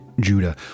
Judah